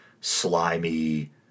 slimy